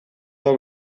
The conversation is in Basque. hau